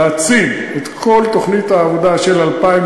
להציג את כל תוכנית העבודה של 2013